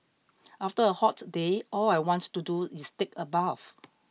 after a hot day all I want to do is take a bath